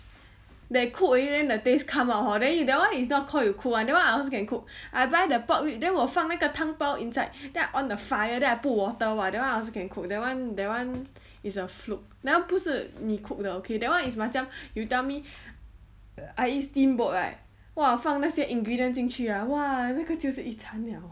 that cook already then the taste come out hor then you that one is not called you cook [one] that one I also can cook I buy the pork rib then 我放那个汤包 inside then I on the fire then I put water !wah! that one I also can cook that one that one is a flute that one 不是你 cook 的 okay that one is macam you tell me I eat steamboat right !wah! 放那些 ingredient 进去 ah !wah! 那个就是一餐 liao